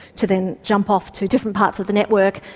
to then jump off to different parts of the network.